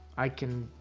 i can.